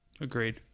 agreed